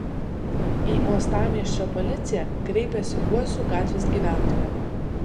į uostamiesčio policiją kreipėsi uosių gatvės gyventoja